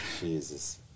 Jesus